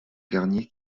garnier